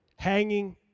hanging